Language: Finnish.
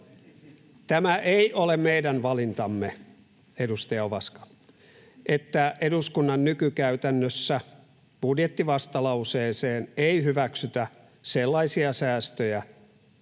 Tämä ei ole meidän valintamme, edustaja Ovaska, että eduskunnan nykykäytännössä budjettivastalauseeseen ei hyväksytä sellaisia säästöjä,